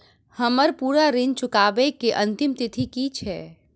हम्मर पूरा ऋण चुकाबै केँ अंतिम तिथि की छै?